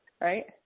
Right